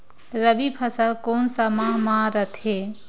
रबी फसल कोन सा माह म रथे?